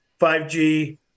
5G